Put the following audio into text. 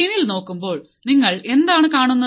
സ്ക്രീനിൽ നോക്കുമ്പോൾ നിങ്ങൾ എന്താണ് കാണുന്നത്